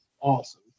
awesome